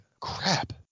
Crap